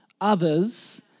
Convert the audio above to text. others